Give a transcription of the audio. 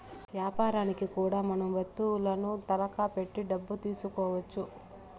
యాపారనికి కూడా మనం వత్తువులను తనఖా పెట్టి డబ్బు తీసుకోవచ్చు